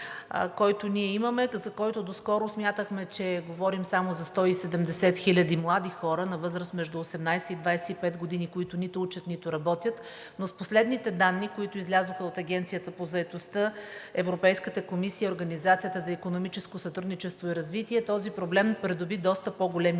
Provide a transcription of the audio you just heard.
който ние имаме, за който доскоро смятахме, че говорим само за 170 хиляди млади хора на възраст между 18 и 25 години, които нито учат, нито работят, но с последните данни, които излязоха от Агенцията по заетостта, Европейската комисия, Организацията за икономическо сътрудничество и развитие този проблем придоби доста по-големи